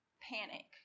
panic